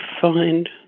find